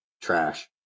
trash